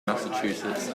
massachusetts